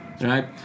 right